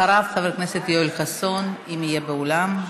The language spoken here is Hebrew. אחריו, חבר הכנסת יואל חסון, אם יהיה באולם.